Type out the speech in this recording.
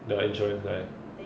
the insurance guy